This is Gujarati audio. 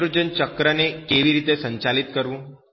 નાઈટ્રોજન ચક્ર ને કેવી રીતે સંચાલિત કરવું